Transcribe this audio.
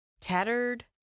tattered